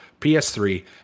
PS3